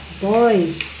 Boys